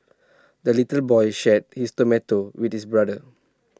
the little boy shared his tomato with his brother